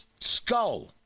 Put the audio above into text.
skull